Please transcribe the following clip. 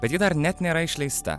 bet ji dar net nėra išleista